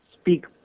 speak